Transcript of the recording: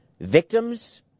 victims